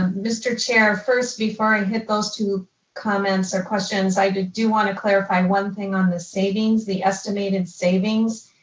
mr. chair first, before i hit those two comments or questions, i do do want to clarify and one thing on the savings, the estimated savings.